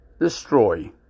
destroy